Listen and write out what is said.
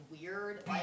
weird